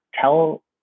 tell